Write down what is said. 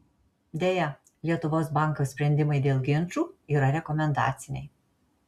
deja lietuvos banko sprendimai dėl ginčų yra rekomendaciniai